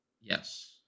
Yes